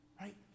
right